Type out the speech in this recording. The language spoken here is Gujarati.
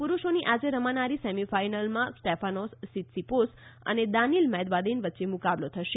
પુરૂષોની આજે રમાનારી સેમી ફાઇનલમાં સ્ટેફાનોસ સિતસીપોસ અને દાનીલ મેદવાદેન વચ્ચે મુકાબલો થશે